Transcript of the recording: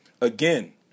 Again